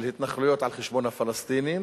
של התנחלויות על חשבון הפלסטינים,